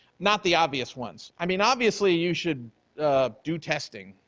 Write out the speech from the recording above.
not the obvious ones. i mean, obviously, you should do testing,